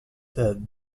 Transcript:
that